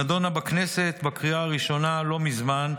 נדונה בכנסת בקריאה הראשונה לא מזמן,